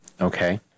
Okay